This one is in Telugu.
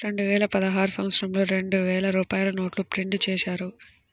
రెండువేల పదహారు సంవత్సరంలో రెండు వేల రూపాయల నోట్లు ప్రింటు చేశారు